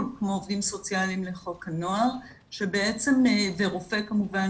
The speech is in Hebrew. כמו עובדים סוציאליים לחוק הנוער ורופא כמובן,